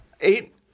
eight